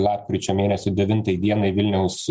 lapkričio mėnesio devintai dienai vilniaus